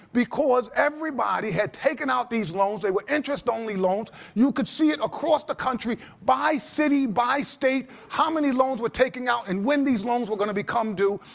because everybody had taken out these loans, they were interest-only loans. you could see it across the country, by city, by state, how many loans we're taking out and when these loans were going to become due.